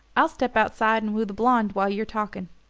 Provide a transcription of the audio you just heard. i'll step outside and woo the blonde while you're talking,